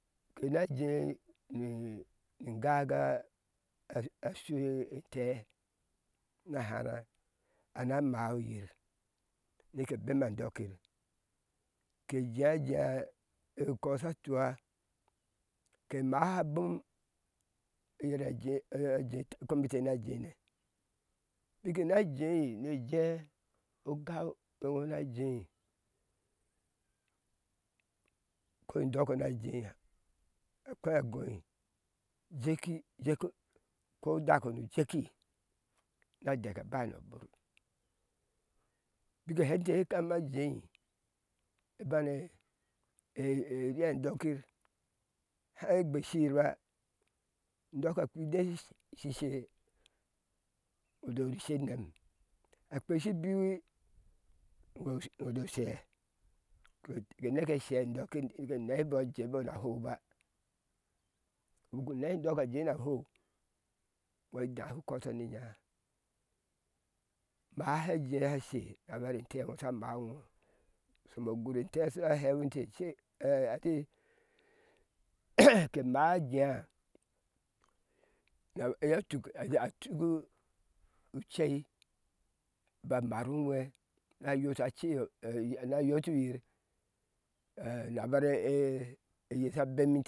Kena jei nii ni ingaga a a shu entee na hárá ana mawi yir nike bema andɔkir ke jea jea enkɔ sha tua ke maha a bom yera jee yir kom ente na jei ne bik na jei nne jee ogau eŋo na jei ko in dɔko na jea a kpe agɔi ujeki jeki ko duk nu jeki na dɛk abai no bur bik ke hɛti she kama jei ni bane eri and ɔk ir háá. e gbeshi yirba indɔko akpi ide shi shidhe udoshi nem akpi shi biwi ŋo do iŋo sheɛ ke neke shɛ andɔkir nike nehimbɔɔ jebo na houba buku nehin indɔko a jei n hou iŋo ida shu kɔtɔ ni inyáá maha ajea sha she nabare ente ŋosha mawi iŋo shomo ogur ente sha he winte she ɛɛati ke máá a jea a iyotuk a tuk u cei ba mar uwhena yota ce na yoti yir anabar eye sha bemi